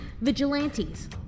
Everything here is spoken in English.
vigilantes